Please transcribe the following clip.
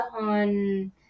on